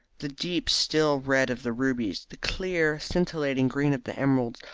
the deep still red of the rubies, the clear scintillating green of the emeralds,